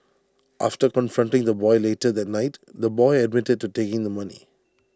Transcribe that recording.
after confronting the boy later that night the boy admitted to taking the money